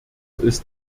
ist